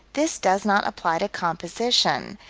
this does not apply to composition.